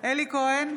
אלי כהן,